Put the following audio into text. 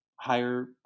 higher